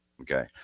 Okay